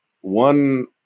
one